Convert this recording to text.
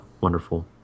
wonderful